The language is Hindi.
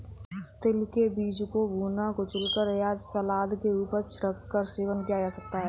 तिल के बीज को भुना, कुचला या सलाद के ऊपर छिड़क कर सेवन किया जा सकता है